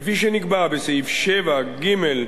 כפי שנקבע בסעיף 7ג(ב)